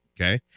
Okay